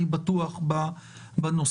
אני בטוח בזה.